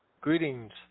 Greetings